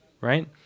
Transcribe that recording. Right